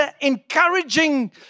encouraging